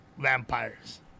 vampires